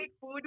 food